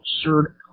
absurd